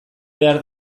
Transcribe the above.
behar